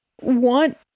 want